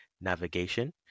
navigation